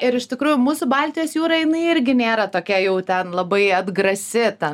ir iš tikrųjų mūsų baltijos jūra jinai irgi nėra tokia jau ten labai atgrasi ta